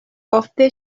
ofte